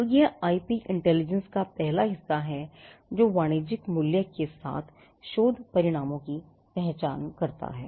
तो यह IP intelligence का पहला हिस्सा है जो वाणिज्यिक मूल्य के साथ शोध परिणामों की पहचान करता है